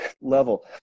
level